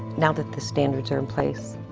now that the standards are in place,